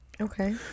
okay